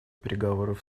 переговоров